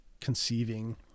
conceiving